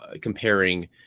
comparing